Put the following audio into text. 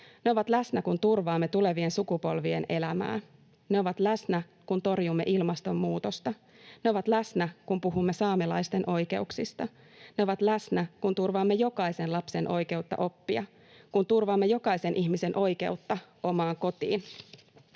Ne ovat läsnä, kun turvaamme tulevien sukupolvien elämää. Ne ovat läsnä, kun torjumme ilmastonmuutosta. Ne ovat läsnä, kun puhumme saamelaisten oikeuksista. Ne ovat läsnä, kun turvaamme jokaisen lapsen oikeutta oppia, kun turvaamme jokaisen ihmisen oikeutta omaan kotiin,